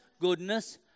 goodness